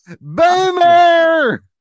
boomer